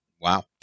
Wow